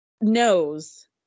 knows